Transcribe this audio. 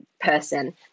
person